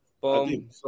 Boom